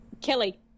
kelly